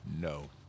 No